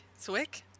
Swick